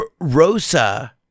Rosa